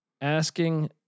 Asking